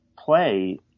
play